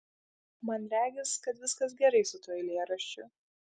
man regis kad viskas gerai su šiuo eilėraščiu